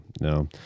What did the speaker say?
No